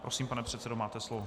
Prosím, pane předsedo, máte slovo.